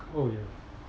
oh ya